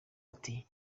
ati